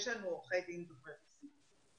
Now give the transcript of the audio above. יש לנו עורכי דין דוברי רוסית.